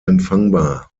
empfangbar